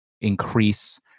increase